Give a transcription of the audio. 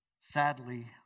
Sadly